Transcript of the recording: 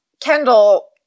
Kendall